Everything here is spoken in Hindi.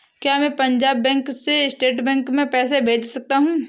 क्या मैं पंजाब बैंक से स्टेट बैंक में पैसे भेज सकता हूँ?